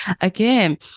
again